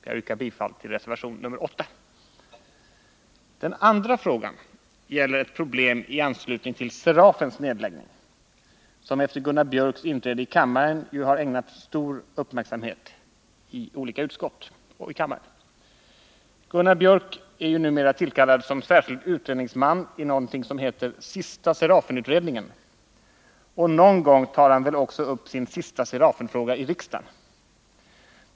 Jag yrkar bifall till reservation 8. Den andra frågan gäller ett problem i anslutning till Serafens nedläggning, som efter Gunnar Biörcks i Värmdö inträde i riksdagen har ägnats en mycket stor uppmärksamhet i olika utskott och i kammaren. Gunnar Biörck är ju numera tillkallad som särskild utredningsman i något som heter Sista Serafenutredningen, och någon gång tar han väl också upp sin sista Serafenfråga i riksdagen.